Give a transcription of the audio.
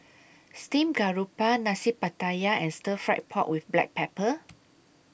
Steamed Garoupa Nasi Pattaya and Stir Fry Pork with Black Pepper